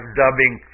dubbing